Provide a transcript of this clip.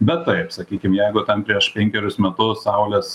bet taip sakykim jeigu ten prieš penkerius metus saulės